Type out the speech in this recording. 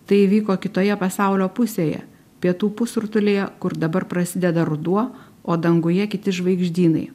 tai įvyko kitoje pasaulio pusėje pietų pusrutulyje kur dabar prasideda ruduo o danguje kiti žvaigždynai